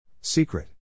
Secret